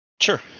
Sure